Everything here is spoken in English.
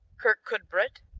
kirkcudbright